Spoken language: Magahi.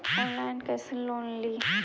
ऑनलाइन कैसे लोन ली?